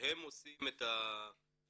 שהן עושות את הפעילות.